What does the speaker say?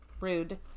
rude